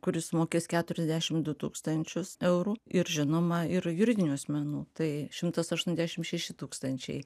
kuris sumokės keturiasdešim du tūkstančius eurų ir žinoma ir juridinių asmenų tai šimtas aštuoniasdešim šeši tūkstančiai